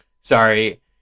sorry